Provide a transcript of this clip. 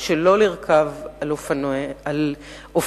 שלא לרכוב על אופניהם,